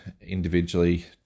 individually